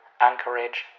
Anchorage